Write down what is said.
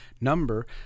number